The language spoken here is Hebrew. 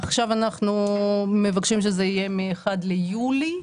עכשיו אנחנו מבקשים שזה יהיה מיום 1 ביולי,